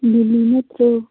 ꯂꯤꯂꯤ ꯅꯠꯇ꯭ꯔꯣ